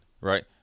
Right